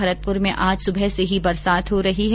भरतपुर में आज सुबह से ही बरसात हो रही है